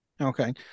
Okay